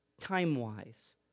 time-wise